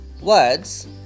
words